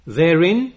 therein